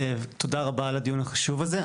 תודה רבה על הדיון החשוב הזה.